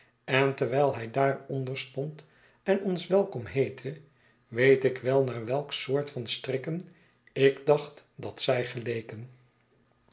en terwijl hij daaronder stond en ons welkom heette weet ik wel naar welk soort van strikken ik dacht dat zij geleken